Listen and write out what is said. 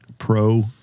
Pro